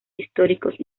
históricos